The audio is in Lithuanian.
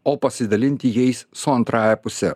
o pasidalinti jais su antrąja puse